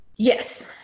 Yes